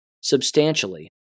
substantially